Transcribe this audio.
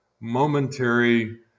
momentary